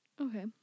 Okay